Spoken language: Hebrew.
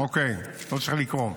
אוקיי, לא צריך לקרוא.